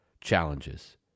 challenges